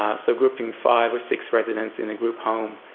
so grouping five or six residents in a group home